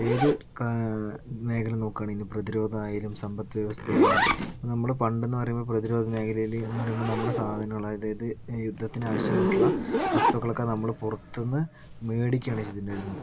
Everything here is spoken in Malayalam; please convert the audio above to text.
ഏത് മേഖല നോക്കുകയാണെങ്കിലും പ്രതിരോധം ആയാലും സമ്പത്ത് വ്യവസ്ഥയായാലും നമ്മുടെ പണ്ടെന്ന് പറയുമ്പോൾ പ്രതിരോധ മേഖലയിൽ എന്ന് പറയുമ്പോൾ നമ്മുടെ സാധനങ്ങള് അതായത് യുദ്ധത്തിന് ആവശ്യമായിട്ടുള്ള വസ്തുക്കളൊക്കെ നമ്മള് പുറത്തു നിന്ന് മേടിക്കുകയാണ് ചെയ്തിട്ടുണ്ടായിരുന്നത്